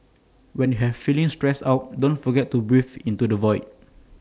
when you are feeling stressed out don't forget to breathe into the void